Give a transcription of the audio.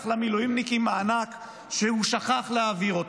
למילואימניקים מענק שהוא שכח להעביר,